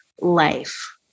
life